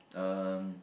um